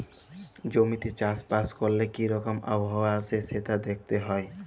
জমিতে চাষ বাস ক্যরলে কি রকম আবহাওয়া আসে সেটা দ্যাখতে হ্যয়